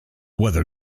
weather